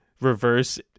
reverse